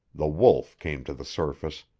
the wolf came to the surface,